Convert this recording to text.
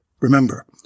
Remember